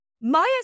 Myers